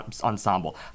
ensemble